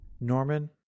Norman